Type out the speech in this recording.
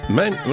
mijn